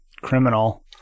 criminal